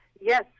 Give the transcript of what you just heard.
Yes